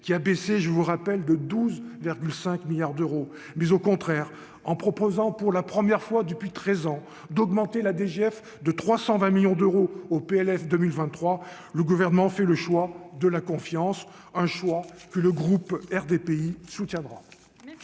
qui a baissé, je vous rappelle, de 12,5 milliards d'euros, mais au contraire en proposant pour la première fois depuis 13 ans, d'augmenter la DGF de 320 millions d'euros au PLF 2023, le gouvernement fait le choix de la confiance, un choix que le groupe RDPI soutiendra.